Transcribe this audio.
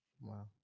Wow